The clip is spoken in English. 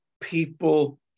people